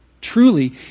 truly